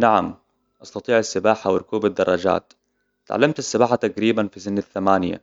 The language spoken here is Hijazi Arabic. نعم، أستطيع السباحة وركوب الدراجات. تعلمت السباحة تقريباً في سن الثمانية،